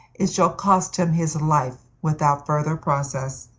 it shall cost him his life without farther process.